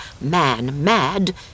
man-mad